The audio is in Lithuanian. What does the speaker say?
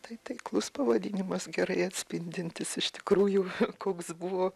tai taiklus pavadinimas gerai atspindintis iš tikrųjų koks buvo